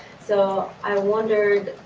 so i wondered,